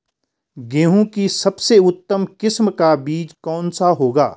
गेहूँ की सबसे उत्तम किस्म का बीज कौन सा होगा?